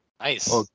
Nice